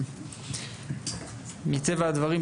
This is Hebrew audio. מטבע הדברים,